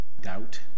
doubt